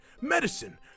medicine